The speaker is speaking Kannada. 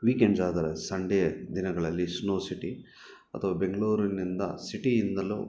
ವೀಕೆಂಡ್ಸ್ ಆದರೆ ಸಂಡೆಯ ದಿನಗಳಲ್ಲಿ ಸ್ನೋ ಸಿಟಿ ಅಥವಾ ಬೆಂಗಳೂರಿನಿಂದ ಸಿಟಿಯಿಂದಲೂ